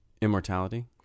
immortality